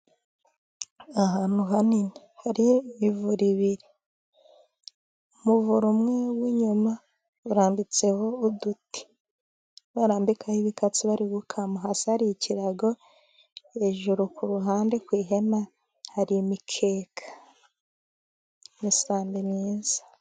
Ahantu hanini hariyo imivure ibiri. umuvure umwe w'inyuma urambitseho uduti barambikaho ibikatsi bari gukama, hasi hari ikirago, hejuru ku ruhande ku ihema hari imikeka, imisanmbi myiza.